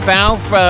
Valve